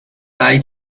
dai